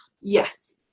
Yes